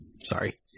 Sorry